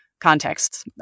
contexts